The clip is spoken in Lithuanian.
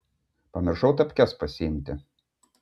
pamiršau tapkes pasiimt